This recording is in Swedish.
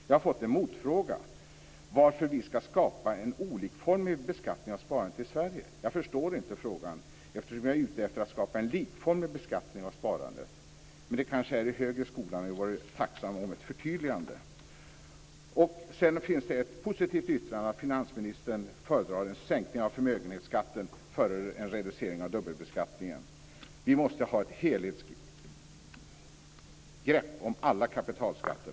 Jag har fått en motfråga om varför vi skall skapa en olikformig beskattning av sparandet i Sverige. Jag förstår inte frågan, eftersom jag är ute efter att skapa en likformig beskattning av sparandet. Men det kanske är i den högre skolan. Jag vore tacksam för ett förtydligande. Sedan finns det ett positivt yttrande av finansministern att han föredrar en sänkning av förmögenhetsskatten före en reducering av dubbelbeskattningen. Vi måste ha ett helhetsgrepp om alla kapitalskatter.